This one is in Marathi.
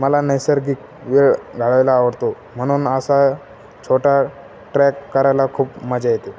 मला नैसर्गिक वेळ घालायला आवडतो म्हणून असा छोटा ट्रक करायला खूप मजा येते